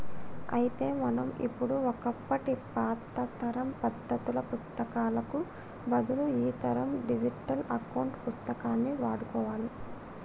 అయితే మనం ఇప్పుడు ఒకప్పటి పాతతరం పద్దాల పుత్తకాలకు బదులు ఈతరం డిజిటల్ అకౌంట్ పుస్తకాన్ని వాడుకోవాలి